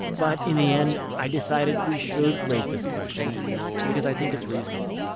but in the end i decided we should raise this question because i think it's reasonable.